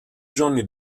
johnny